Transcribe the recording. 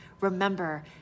remember